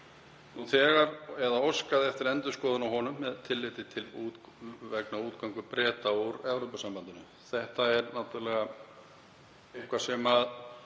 nú þegar eða óskað eftir endurskoðun á honum með tilliti til útgöngu Breta úr Evrópusambandinu. Þetta er náttúrlega eitthvað sem